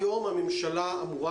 היום הממשלה אמורה,